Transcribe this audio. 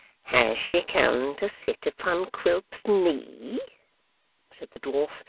has she come to sit upon quilp's knee said the dwarf,